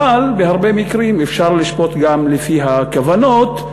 אבל בהרבה מקרים אפשר לשפוט גם לפי הכוונות.